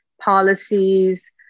policies